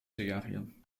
serie